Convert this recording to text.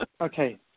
Okay